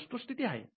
ही वस्तुस्थिती आहे